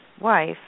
wife